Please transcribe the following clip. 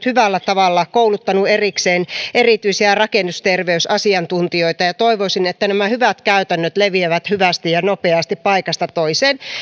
hyvällä tavalla kouluttanut erikseen erityisiä rakennusterveysasiantuntijoita ja ja toivoisin että nämä hyvät käytännöt leviävät hyvin ja nopeasti paikasta toiseen